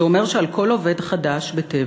זה אומר שעל כל עובד חדש ב"טבע"